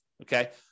okay